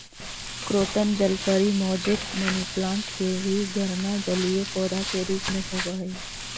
croton जलपरी, mosaic, money plant के भी गणना जलीय पौधा के रूप में होवऽ हइ